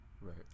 Right